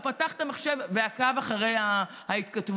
והוא פתח את המחשב ועקב אחרי ההתכתבות,